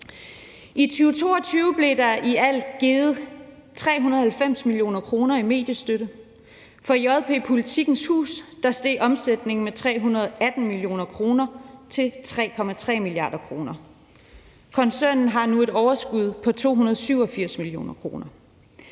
I 2022 blev der i alt givet 390 mio. kr. i mediestøtte. For JP/Politikens Hus steg omsætningen med 318 mio. kr. til 3,3 mia. kr. Koncernen har nu et overskud på 287 mio. kr.